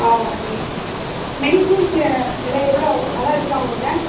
ஆ okay manicures எல்லா எவ்வளோ ஆகும் அதெல்லாம் இருக்கா உங்ககிட்ட